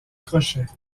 crochets